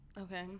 Okay